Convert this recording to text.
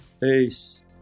Peace